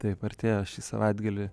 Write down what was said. taip artėja šį savaitgalį